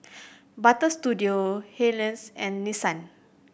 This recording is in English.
Butter Studio and Nissan